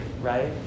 right